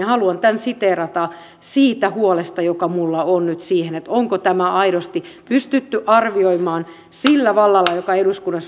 haluan tämän siteerata siitä huolesta joka minulla on nyt siitä onko tämä aidosti pystytty arvioimaan sillä vallalla joka eduskunnassa on